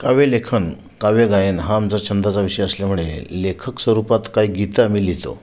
काव्यलेखन काव्यगायन हा आमचा छंदाचा विषय असल्यामुळे लेखक स्वरूपात काही गीतं आम्ही लिहितो